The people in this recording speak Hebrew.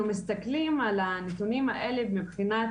אנחנו מסתכלים על הנתונים האלה מבחינת,